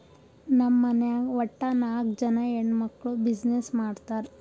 ನಮ್ ಮನ್ಯಾಗ್ ವಟ್ಟ ನಾಕ್ ಜನಾ ಹೆಣ್ಮಕ್ಕುಳ್ ಬಿಸಿನ್ನೆಸ್ ಮಾಡ್ತಾರ್